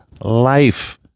life